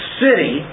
city